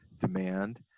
demand